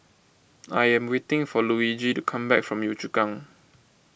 I am waiting for Luigi to come back from Yio Chu Kang